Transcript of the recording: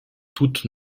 toutes